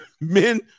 Men